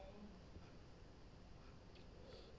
mm